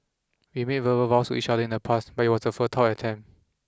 we made verbal vows to each other in the past but it was a futile attempt